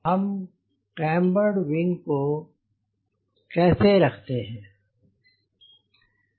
हम cambered wing को कैसे रखते हैं